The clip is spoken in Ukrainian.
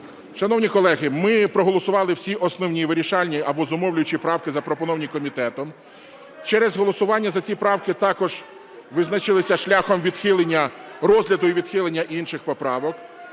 Шановні колеги, ми проголосували всі основні, вирішальні або зумовлюючі правки, запропоновані комітетом. Через голосування за ці правки також визначилися шляхом відхилення, розгляду і відхилення інших поправок.